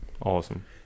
Awesome